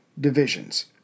divisions